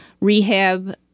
rehab